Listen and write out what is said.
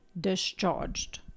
discharged